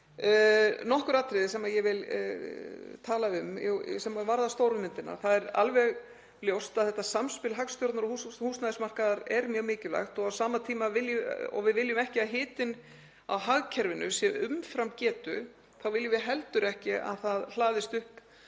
Það eru nokkur atriði sem ég vil tala um sem varða stóru myndina. Það er alveg ljóst að þetta samspil hagstjórnar og húsnæðismarkaðar er mjög mikilvægt. En á sama tíma og við viljum ekki að hitinn á hagkerfinu sé umfram getu viljum við heldur ekki að það hlaðist upp